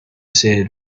said